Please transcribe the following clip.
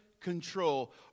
control